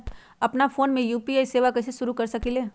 अपना फ़ोन मे यू.पी.आई सेवा कईसे शुरू कर सकीले?